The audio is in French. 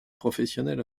professionnel